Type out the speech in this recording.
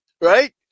right